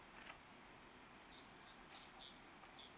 uh